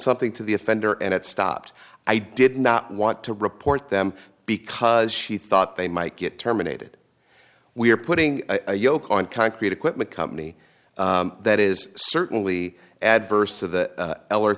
something to the offender and it stopped i did not want to report them because she thought they might get terminated we are putting a yoke on concrete equipment company that is certainly adverse to th